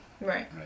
Right